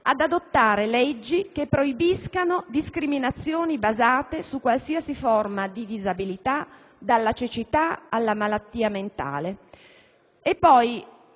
ad adottare leggi che proibiscano discriminazioni basate su qualsiasi forma di disabilità, dalla cecità alla malattia mentale.